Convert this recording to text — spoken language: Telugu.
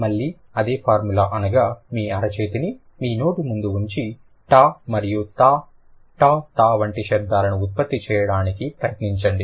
మళ్లీ అదే ఫార్ములా అనగా మీ అరచేతిని మీ నోటి ముందు ఉంచి ట మరియు థ ట థ వంటి శబ్దాలను ఉత్పత్తి చేయడానికి ప్రయత్నించండి